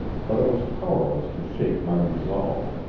but it was powerless to shake my resolve.